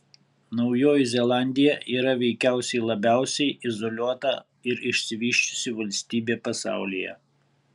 naujoji zelandija yra veikiausiai labiausiai izoliuota ir išsivysčiusi valstybė pasaulyje